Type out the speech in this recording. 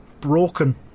broken